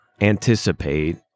anticipate